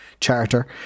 charter